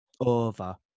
over